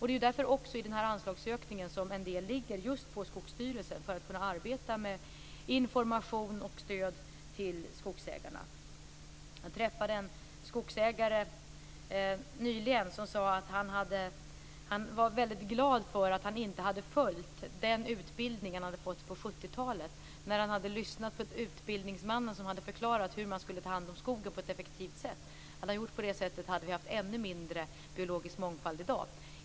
Därför ligger också en del i anslagsökningen just på Skogsstyrelsen så att man skall kunna arbeta med information och stöd till skogsägarna. Jag träffade en skogsägare nyligen som sade att han var väldigt glad för att han inte hade följt den utbildning han hade fått på 70-talet. Om han hade lyssnat på utbildningsmannens förklaring om hur man skulle ta hand om skogen på ett effektivt sätt hade vi haft ännu mindre biologisk mångfald i dag.